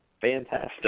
Fantastic